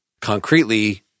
concretely